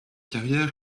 carrière